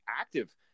active